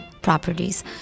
properties